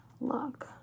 look